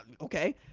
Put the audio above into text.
Okay